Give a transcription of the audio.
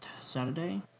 Saturday